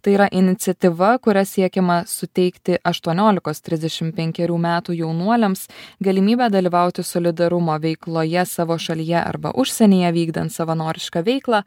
tai yra iniciatyva kuria siekiama suteikti aštuoniolikos trisdešim penkerių metų jaunuoliams galimybę dalyvauti solidarumo veikloje savo šalyje arba užsienyje vykdant savanorišką veiklą